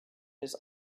his